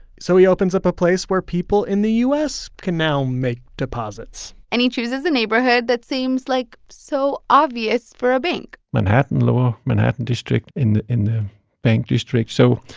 so he opens up a place where people in the u s. can now make deposits and he chooses the neighborhood that seems, like, so obvious for a bank manhattan lower manhattan district in in the bank district, so.